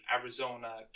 Arizona